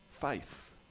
faith